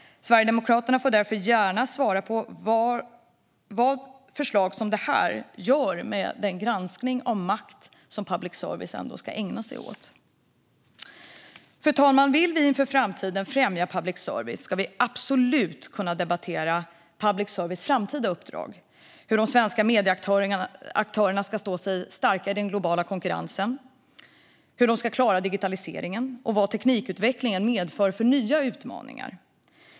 Sverigedemokraterna får gärna svara på vad förslag som detta gör med den granskning av makt som public service ändå ska ägna sig åt. Fru talman! Vill vi inför framtiden främja public service ska vi absolut kunna debattera public services framtida uppdrag, hur de svenska medieaktörerna ska stå starka i den globala konkurrensen, hur de ska klara digitaliseringen och vilka nya utmaningar teknikutvecklingen medför.